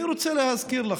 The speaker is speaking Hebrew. אני רוצה להזכיר לכם: